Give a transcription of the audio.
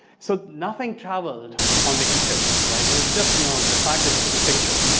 so nothing traveled on the ether right? it was just you know, the fact that you took a picture,